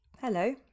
Hello